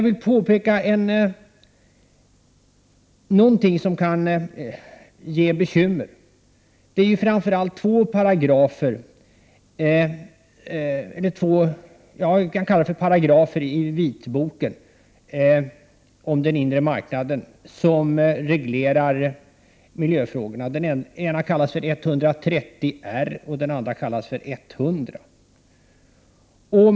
Vad som framför allt kan skapa bekymmer är två paragrafer i vitboken om den inre marknaden vilka reglerar miljöfrågorna, nämligen § 130 R och § 100.